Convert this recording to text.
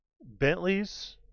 Bentleys